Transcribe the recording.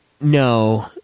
No